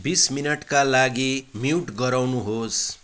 बिस मिनटका लागि म्युट गराउनुहोस्